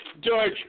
George